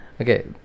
Okay